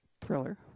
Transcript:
thriller